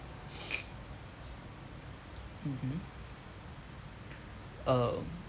mmhmm um